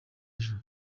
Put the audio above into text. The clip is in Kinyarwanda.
ejo